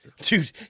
Dude